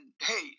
hey